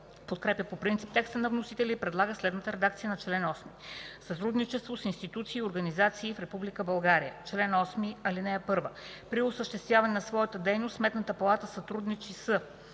подкрепя по принцип текста на вносителя и предлага следната редакция на чл. 8: „Сътрудничество с институции и организации в Република България Чл. 8. (1) При осъществяване на своята дейност Сметната палата сътрудничи с: